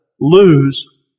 lose